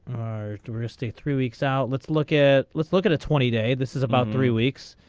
touristy three weeks out let's look at let's look at a twenty day this is about three weeks.